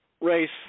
race